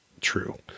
true